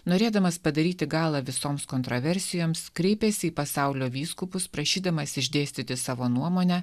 norėdamas padaryti galą visoms kontroversijoms kreipėsi į pasaulio vyskupus prašydamas išdėstyti savo nuomonę